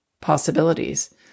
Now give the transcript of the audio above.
possibilities